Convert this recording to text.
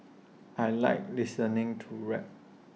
I Like listening to rap